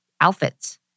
outfits